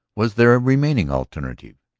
was there a remaining alternative?